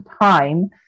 time